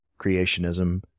creationism